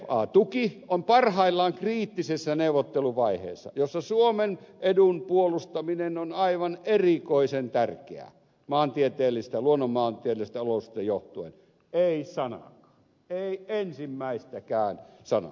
lfa tuki on parhaillaan kriittisessä neuvotteluvaiheessa jossa suomen edun puolustaminen on aivan erikoisen tärkeää luonnonmaantieteellisistä olosuhteista johtuen ei sanaakaan ei ensimmäistäkään sanaa